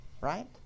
right